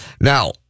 Now